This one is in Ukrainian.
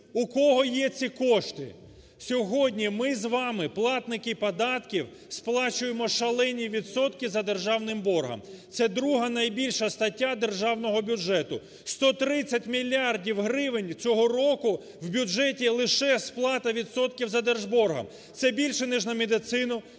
У кого є ці кошти? Сьогодні ми з вами, платники податків, сплачуємо шалені відсотки за державним боргом. Це друга найбільша стаття державного бюджету. 130 мільярдів гривень цього року в бюджеті – лише сплата відсотків задержборгом. Це більше ніж на медицину,